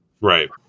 right